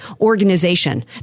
organization